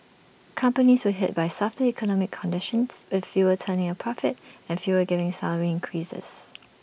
companies were hit by softer economic conditions with fewer turning A profit and fewer giving salary increases